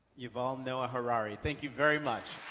yuval noah harari, thank you very much